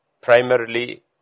primarily